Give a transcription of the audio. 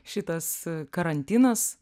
šitas karantinas